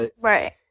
Right